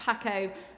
Paco